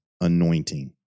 anointing